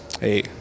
Hey